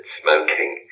smoking